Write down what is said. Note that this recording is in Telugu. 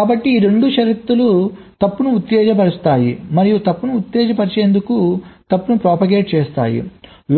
కాబట్టి 2 షరతులు తప్పును ఉత్తేజపరుస్తాయి మరియు తప్పును ఉత్తేజపరిచేందుకు తప్పును propagate చేస్తాయి